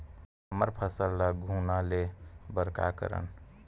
हमर फसल ल घुना ले बर का करन?